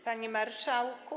Panie Marszałku!